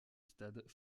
stade